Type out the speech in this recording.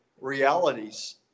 realities